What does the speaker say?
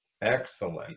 Excellent